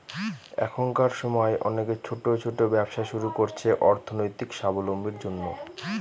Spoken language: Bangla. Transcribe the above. এখনকার সময় অনেকে ছোট ছোট ব্যবসা শুরু করছে অর্থনৈতিক সাবলম্বীর জন্য